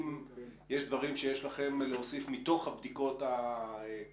אם יש דברים שיש לכם להוסיף מתוך הבדיקות שלכם,